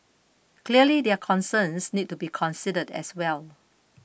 clearly their concerns need to be considered as well